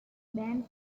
banned